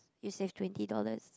you save twenty dollars